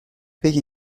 بگی